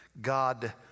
God